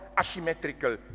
asymmetrical